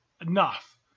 enough